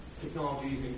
technologies